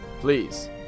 please